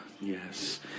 Yes